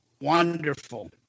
Wonderful